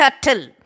turtle